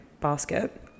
basket